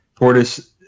Portis